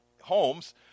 homes